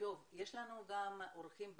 יש לנו אורחים ב-זום.